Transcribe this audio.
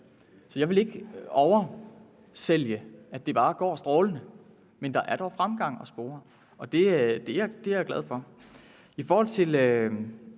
Så jeg vil ikke oversælge budskabet om, at det bare går strålende. Men der er dog fremgang at spore. Det er jeg glad for.